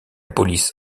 police